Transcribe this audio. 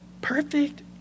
Perfect